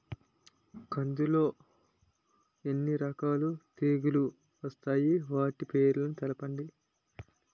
కందులు లో ఎన్ని రకాల తెగులు వస్తాయి? వాటి పేర్లను తెలపండి?